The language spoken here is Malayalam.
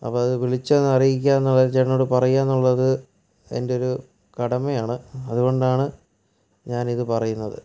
അപ്പം അത് വിളിച്ചൊന്ന് അറിയിക്കാമെന്ന് ചേട്ടനോട് പറയാന്നുള്ളത് എൻ്റെയൊരു കടമയാണ് അതുകൊണ്ടാണ് ഞാനിത് പറയുന്നത്